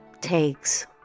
takes